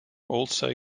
also